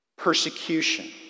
persecution